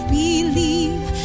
believe